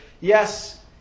yes